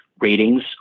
ratings